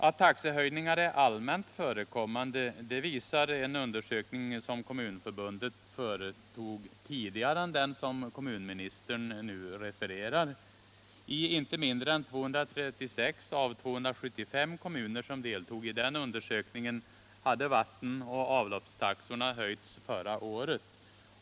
Att taxehöjningar är allmänt förekommande visar en undersökning som Kommunförbundet företog tidigare än den som kommunministern nu refererar till. I inte mindre än 236 av 275 kommuner som deltog i den undersökningen hade vattenoch avloppstaxorna höjts förra året.